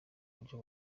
buryo